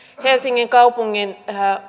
helsingin kaupungin